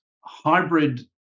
hybrid